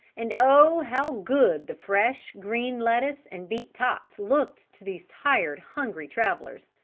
and oh, how good the fresh, green lettuce and beet tops looked to these tired, hungry travelers.